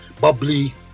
bubbly